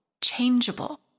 changeable